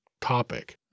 topic